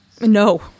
No